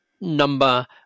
number